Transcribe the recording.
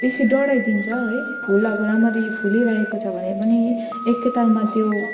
बेसी डढाइदिन्छ है फुल अब राम्रली फुलिरहेको छ भने पनि एकैतालमा त्यो